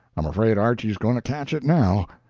i'm afraid archy's going to catch it now.